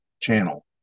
channel